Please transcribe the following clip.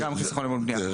גם חיסכון אל מול בנייה חדשה.